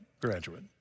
graduate